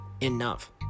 enough